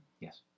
Yes